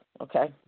Okay